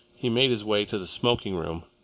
he made his way to the smoking room,